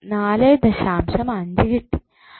5 കിട്ടി